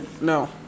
No